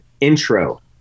intro